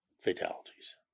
fatalities